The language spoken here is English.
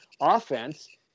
offense